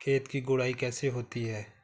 खेत की गुड़ाई कैसे होती हैं?